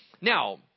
Now